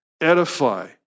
edify